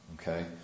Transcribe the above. Okay